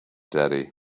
daddy